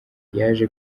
yaje